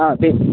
हा बरे